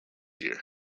year